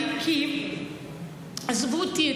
כי עזבו אותי,